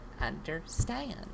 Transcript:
understand